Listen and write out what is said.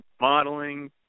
modeling